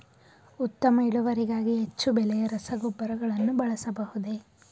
ಉತ್ತಮ ಇಳುವರಿಗಾಗಿ ಹೆಚ್ಚು ಬೆಲೆಯ ರಸಗೊಬ್ಬರಗಳನ್ನು ಬಳಸಬಹುದೇ?